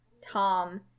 Tom